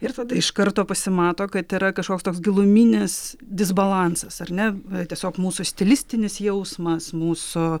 ir tad iš karto pasimato kad yra kažkoks toks giluminis disbalansas ar ne tiesiog mūsų stilistinis jausmas mūsų